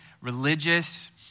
religious